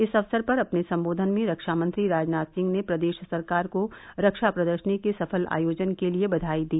इस अवसर पर अपने संबोधन में रक्षा मंत्री राजनाथ सिंह ने प्रदेश सरकार को रक्षा प्रदर्शनी के सफल आयोजन के लिए बधाई दी